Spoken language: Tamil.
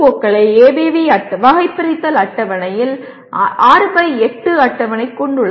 க்களை ஏபிவி வகைபிரித்தல் அட்டவணையில் 6 பை 8 அட்டவணை கொண்டுள்ளது